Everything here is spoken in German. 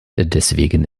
deswegen